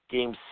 Game